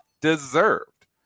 Deserved